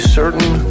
certain